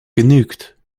genügt